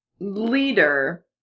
leader